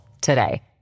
today